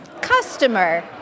Customer